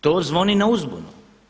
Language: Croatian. To zvoni na uzbunu.